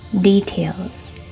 details